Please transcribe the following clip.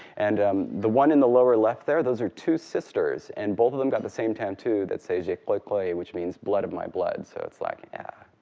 and um the one in the lower left there, those are two sisters. and both of them got the same tattoo that says yeah qoy qoyi, which means blood of my blood, so it's like, yeah,